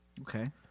Okay